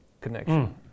connection